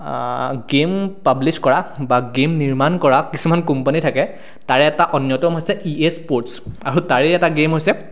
game publish কৰা বা game নিৰ্মাণ কৰা কিছুমান কোম্পানী থাকে তাৰে এটা অন্যতম হৈছে ই এচ স্পৰ্টছ আৰু তাৰে এটা গেম হৈছে